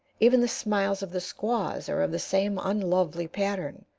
even the smiles of the squaws are of the same unlovely pattern,